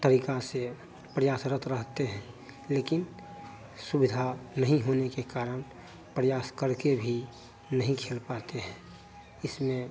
तरीका से प्रयासरत रहते हैं लेकिन सुविधा नहीं होने के कारण प्रयास करके भी नहीं खेल पाते हैं इसमें